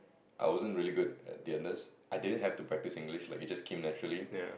I wasn't really good at the others I didn't have to practise English like it just came naturally